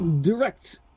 direct